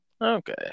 Okay